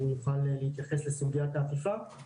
הוא יוכל להתייחס לסוגיית האכיפה.